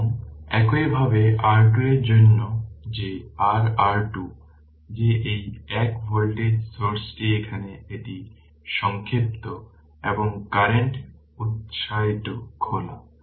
এবং একইভাবে R2 এর জন্য যে r R2 যে এই এক ভোল্টেজের সোর্সটি এখানে এটি সংক্ষিপ্ত এবং কারেন্ট উত্সটি খোলা